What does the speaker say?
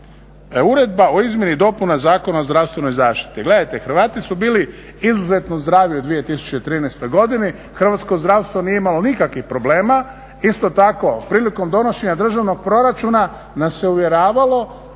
Uredba o izmjeni dopuna Zakona o zdravstvenoj zaštiti. Gledajte Hrvati su bili izuzetno zdravi u 2013. godini, hrvatsko zdravstvo nije imalo nikakvih problema. Isto tak, prilikom donošenja državnog proračuna nas se uvjeravalo